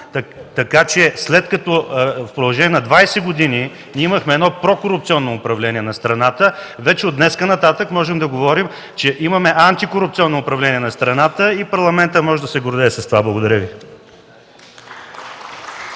начин. След като в продължение на 20 години имахме едно прокорупционно управление на страната, от днес нататък вече можем да говорим, че имаме антикорупционно управление на страната и Парламентът може да се гордее с това. Благодаря Ви.